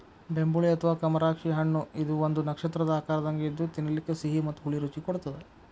ಬೆಂಬುಳಿ ಅಥವಾ ಕಮರಾಕ್ಷಿ ಹಣ್ಣಇದು ಒಂದು ನಕ್ಷತ್ರದ ಆಕಾರದಂಗ ಇದ್ದು ತಿನ್ನಲಿಕ ಸಿಹಿ ಮತ್ತ ಹುಳಿ ರುಚಿ ಕೊಡತ್ತದ